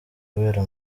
kubera